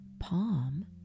palm